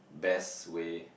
best way